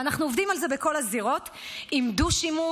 ואנחנו עובדים על זה בכל הזירות עם דו-שימוש,